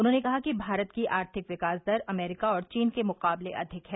उन्होंने कहा कि भारत की आर्थिक विकास दर अमरीका और चीन के मुकाबले अधिक है